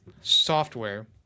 software